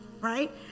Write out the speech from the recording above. right